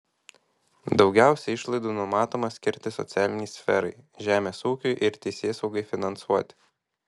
daugiausiai išlaidų numatoma skirti socialinei sferai žemės ūkiui ir teisėsaugai finansuoti